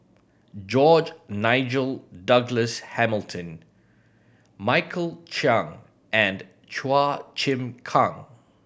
George Nigel Douglas Hamilton Michael Chiang and Chua Chim Kang